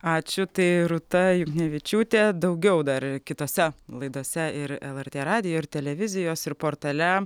ačiū tai rūta juknevičiūtė daugiau dar kitose laidose ir lrt radijo ir televizijos ir portale